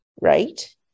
Right